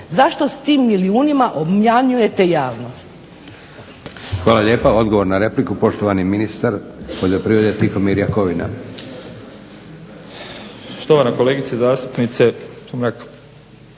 Zašto s tim milijunima obmanjujete javnost?